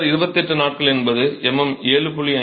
mortar 28 நாட்கள் என்பது MM 7